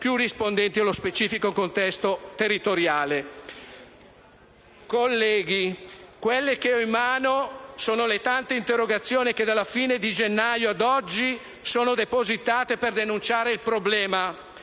più rispondenti allo specifico contesto territoriale. Colleghi, quelle che ho in mano sono le tante interrogazioni che dalla fine di gennaio ad oggi sono state depositate per denunciare il problema.